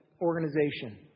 organization